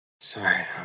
Sorry